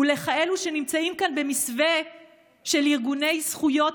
ולכאלה שנמצאים כאן במסווה של ארגוני זכויות